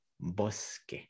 Bosque